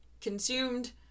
Consumed